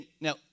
now